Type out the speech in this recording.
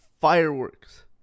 Fireworks